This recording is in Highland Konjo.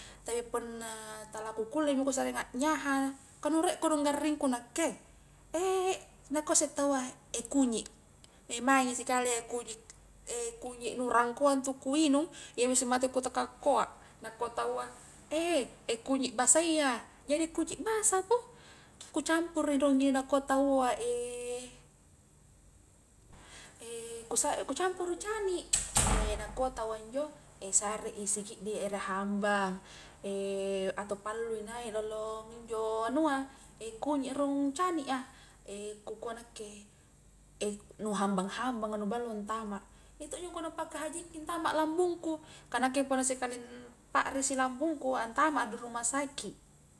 Tapi punna tala ku kulle mi kusakring aknyaha, ka nu riek kodong garring ku nakke, nakua isse taua, kunyi', maingi sikali iya kunyi' kunyi' nu rangkoa intu ku inung iyanjo setenga mate ku takkoakoa, nakua taua kunyi' basayya, jadi kunyi basa mo ku campuru nakua taua ku sa kucampuru cani', nakua taua injo, sare i sikiddi ere hambang, atau pallu i naik lollong injo anua, kunyia rurung cani a, ku kua nakke, nu hambang-hambanga nu ballo antama, iya tokji angkua na pahajikki antama lambungku, ka nakke punna sikali pakrisi lambungku, antama a di ruma saki'.